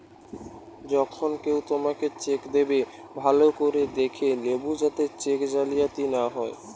যখন কেও তোমাকে চেক দেবে, ভালো করে দেখে লেবু যাতে চেক জালিয়াতি না হয়